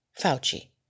Fauci